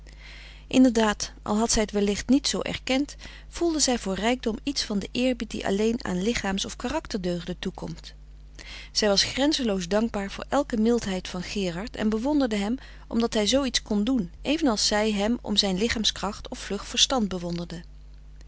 inderdaad al had zij t wellicht niet zoo erkend voelde zij voor rijkdom iets van den eerbied die alleen aan lichaams of karakterdeugden toekomt zij was grenzeloos dankbaar voor elke mildheid van gerard en bewonderde hem omdat hij zoo iets kon doen even als zij hem om zijn lichaamskracht of vlug verstand bewonderde